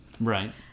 Right